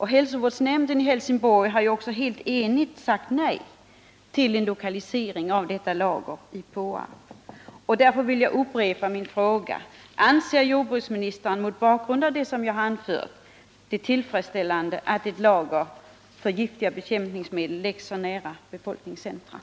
Hälsovårdsnämnden i Helsingborg har också helt enigt sagt nej till en lokalisering av detta lager till Påarp. Därför vill jag upprepa min fråga: Anser jordbruksministern — mot bakgrund av vad jag här anfört — att det är tillfredsställande att ett lager för giftiga bekämpningsmedel läggs så nära ett befolkningscentrum?